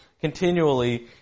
continually